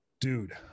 dude